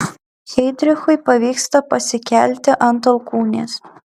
heidrichui pavyksta pasikelti ant alkūnės